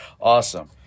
Awesome